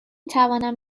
توانم